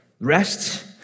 Rest